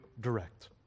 direct